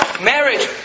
marriage